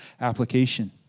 application